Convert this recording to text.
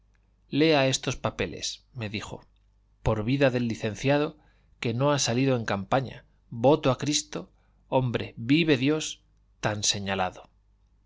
lea estos papeles me dijo por vida del licenciado que no ha salido en campaña voto a cristo hombre vive dios tan señalado